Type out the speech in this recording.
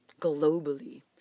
globally